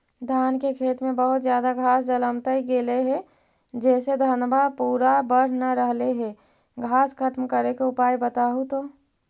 धान के खेत में बहुत ज्यादा घास जलमतइ गेले हे जेसे धनबा पुरा बढ़ न रहले हे घास खत्म करें के उपाय बताहु तो?